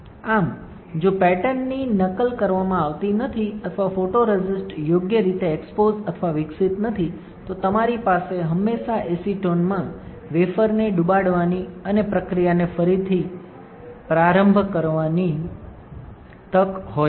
આમ જો પેટર્નની નકલ કરવામાં આવતી નથી અથવા ફોટોરેસિસ્ટ યોગ્ય રીતે એક્સપોઝ અથવા વિકસિત નથી તો તમારી પાસે હંમેશા એસેટોનમાં વેફરને ડૂબવાની અને પ્રક્રિયાને ફરીથી પ્રારંભ કરવાની તક હોય છે